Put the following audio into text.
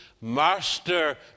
master